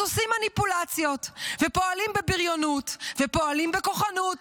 אז עושים מניפולציות ופועלים בבריונות ופועלים בכוחנות